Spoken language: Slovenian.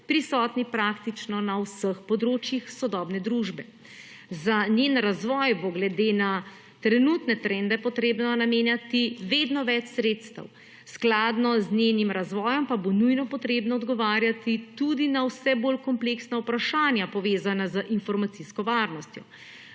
prisotni praktično na vseh področjih sodobne družbe. Za njen razvoj bo glede na trenutne trende potrebno namenjati vedno več sredstev. Skladno z njenim razvojem pa bo nujno potrebno odgovarjati tudi na vse bolj kompleksna vprašanja povezana z informacijsko varnostjo.